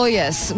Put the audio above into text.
yes